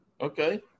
okay